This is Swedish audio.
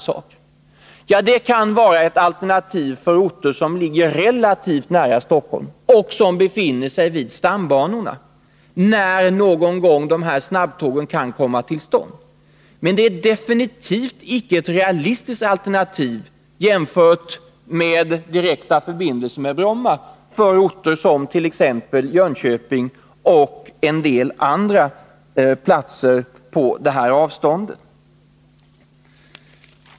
Det kan vara ett alternativ, den dag sådana snabbtåg kan införas, för orter som ligger relativt nära Stockholm och som dessutom ligger vid stambanorna. Men det är absolut icke ett realistiskt alternativ jämfört med direkta förbindelser med Bromma för orter som t.ex. Jönköping och en del andra på motsvarande avstånd.